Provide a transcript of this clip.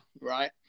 right